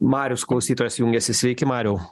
marius klausytojas jungiasi sveiki mariau